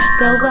go